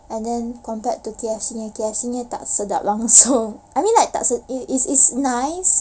and then compared to K_F_C K_F_C punya tak sedap langsung I mean like it's it's it's nice